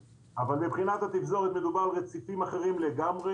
מבחינת התפזורת, מדובר על רציפים אחרים לגמרי.